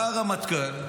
בא הרמטכ"ל,